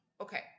Okay